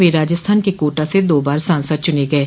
वे राजस्थान के कोटा स दो बार सांसद चुने गये